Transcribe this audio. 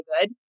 good